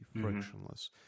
frictionless